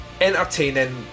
entertaining